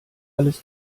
alles